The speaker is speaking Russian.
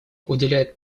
уделяет